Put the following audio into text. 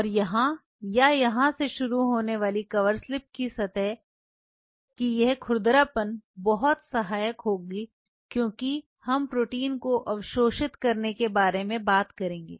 और यहाँ या यहाँ से शुरू होने वाली कवर स्लिप की सतह की यह खुरदरापन बहुत सहायक होगी क्यों हम प्रोटीन को अवशोषित करने के बारे में बात करेंगे